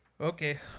Okay